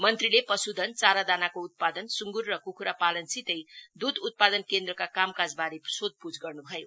मंत्रीले पशुधन चारा दानाको उतपादनसुगुर र कुखुरा पालनसित दूध उत्पादन केन्द्रका कामकाजवारे सोधपुछ गर्नु भयो